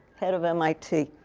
head of mit.